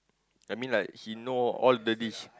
I mean like she know all the dish